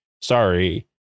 sorry